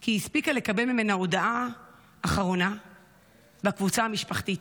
כי היא הספיקה לקבל ממנה הודעה אחרונה בקבוצה המשפחתית,